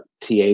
TA